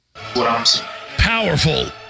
Powerful